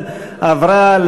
התשע"ג 2013,